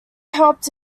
helped